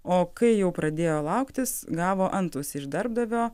o kai jau pradėjo lauktis gavo antausį iš darbdavio